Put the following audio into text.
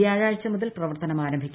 വ്യാഴാഴ്ച മുതൽ പ്രവർത്തനം ആരംഭിക്കും